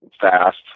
fast